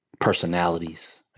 personalities